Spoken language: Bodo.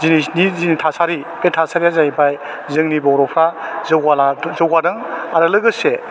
दिनैनि जि थासारि बे थासारिया जाहैबाय जोंनि बर'फ्रा जौगा ला जौगादों आरो लोगोसे